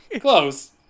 Close